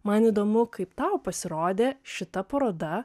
man įdomu kaip tau pasirodė šita paroda